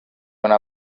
una